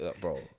bro